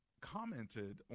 commented